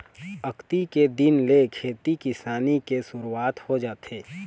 अक्ती के दिन ले खेती किसानी के सुरूवात हो जाथे